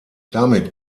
damit